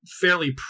fairly